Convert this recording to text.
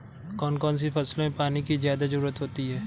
कौन कौन सी फसलों में पानी की ज्यादा ज़रुरत होती है?